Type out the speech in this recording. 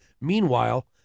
Meanwhile